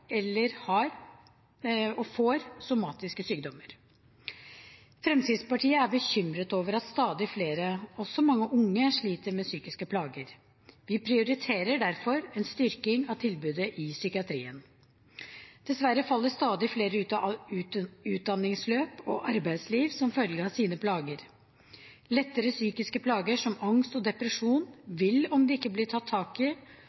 eller får somatiske sykdommer. Fremskrittspartiet er bekymret over at stadig flere, også mange unge, sliter med psykiske plager. Vi prioriterer derfor en styrking av tilbudet i psykiatrien. Dessverre faller stadig flere ut av utdanningsløp og arbeidsliv som følge av sine plager. Lettere psykiske plager, som angst og depresjon, vil om de ikke blir tatt tak i,